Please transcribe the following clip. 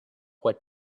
what